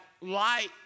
light